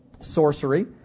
sorcery